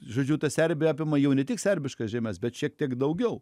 žodžiu tą serbiją apima jau ne tik serbiškas žemes bet šiek tiek daugiau